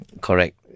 Correct